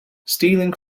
stealing